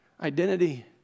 identity